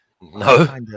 No